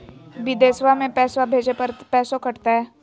बिदेशवा मे पैसवा भेजे पर पैसों कट तय?